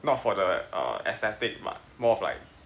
not for the err aesthetic but more of like